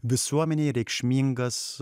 visuomenei reikšmingas